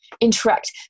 interact